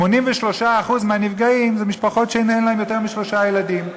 83% מהנפגעים הם משפחות שאין להן יותר משלושה ילדים,